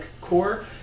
core